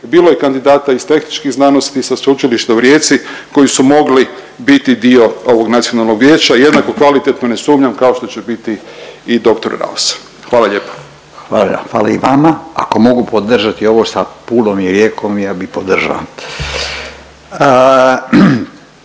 bilo je kandidata iz tehničkih znanosti sa Sveučilišta u Rijeci koji su mogli biti dio ovog Nacionalnog vijeća jednako kvalitetno, ne sumnjam kao što će biti i dr. Raos. Hvala lijepa. **Radin, Furio (Nezavisni)** Hvala. Hvala i vama. Ako mogu podržati ovo sa Pulom i Rijekom, ja bih podržao.